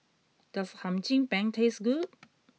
does Hum Cim Peng taste good